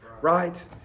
right